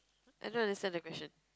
I don't understand the question